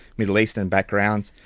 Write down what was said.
middle eastern backgrounds,